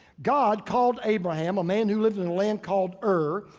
god called abraham, a man who lives in the land called ur.